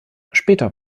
später